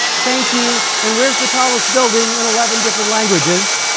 thank you, and where's the tallest building? in eleven different languages.